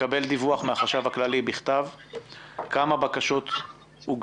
לקבל דיווח בכתב מן החשב הכללי כמה בקשות הוגשו.